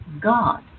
God